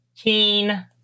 Keen